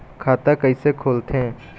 खाता कइसे खोलथें?